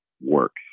works